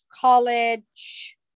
college